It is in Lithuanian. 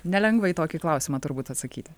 nelengva į tokį klausimą turbūt atsakyti